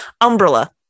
umbrella